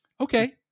Okay